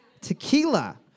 Tequila